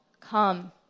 Come